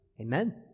Amen